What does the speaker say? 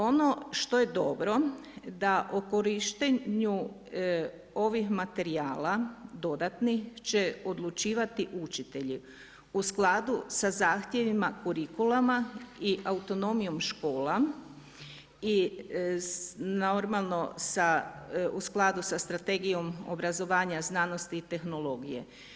Ono što je dobro, da o korištenju ovih materijala dodatnih će odlučivati učitelji, u skladu sa zahtjevima kurikuluma i autonomijom škola i normalno sa u skladu sa strategijom obrazovanja znanosti i tehnologije.